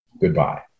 Goodbye